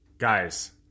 Guys